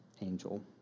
angel